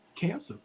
cancer